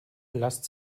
lasst